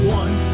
one